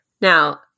Now